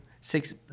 six